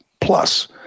plus